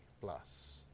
plus